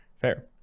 Fair